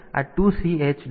7 જેવું હોઈ શકે છે